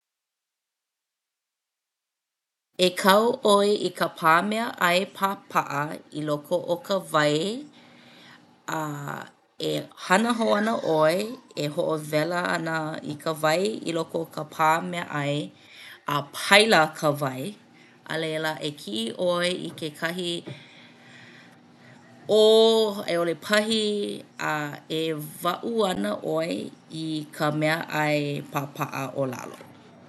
E kau ʻoe i ka pā meaʻai pāpaʻa i loko o ka wai. E hana hou ana ʻoe e hoʻowela ana i ka wai i loko o ka pā meaʻai a paila ka wai a laila e kiʻi ʻoe i kekahi ʻō a i ʻole pahi a e waʻu ana ʻoe i ka meaʻai pāpaʻa o lalo.